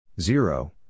Zero